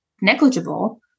negligible